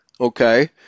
okay